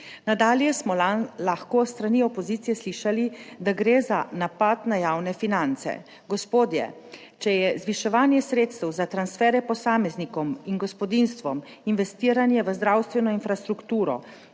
Nadalje smo lahko s strani opozicije slišali, da gre za napad na javne finance. Gospodje, če je zviševanje sredstev za transfere posameznikom in gospodinjstvom, investiranje v zdravstveno infrastrukturo,